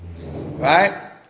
Right